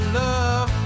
love